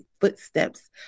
footsteps